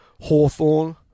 Hawthorne